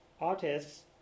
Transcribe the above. artists